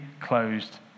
closed